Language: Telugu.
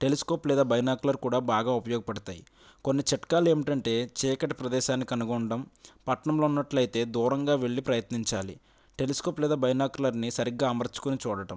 టెలీస్కోప్ లేదా బైనాకులర్ కూడా బాగా ఉపయోగపడతాయి కొన్ని చిట్కాలు ఏమిటంటే చీకటి ప్రదేశాన్ని కనుగొనడం పట్నంలో ఉన్నట్లు అయితే దూరంగా వెళ్ళి ప్రయత్నించాలి టెలీస్కోప్ లేదా బైనాకులర్ని సరిగ్గా అమర్చుకొని చూడడం